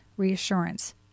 reassurance